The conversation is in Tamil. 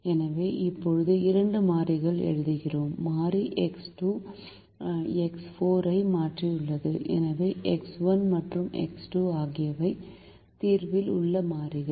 எனவே இப்போது 2 மாறிகள் எழுதுகிறோம் மாறி எக்ஸ் 2 எக்ஸ் 4 ஐ மாற்றியுள்ளது எனவே எக்ஸ் 1 மற்றும் எக்ஸ் 2 ஆகியவை தீர்வில் உள்ள மாறிகள்